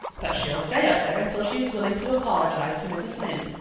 but she'll stay up there until she's willing to apologize to mrs. lynde,